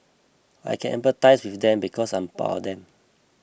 I can empathise with them because I'm part of them